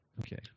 Okay